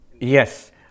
Yes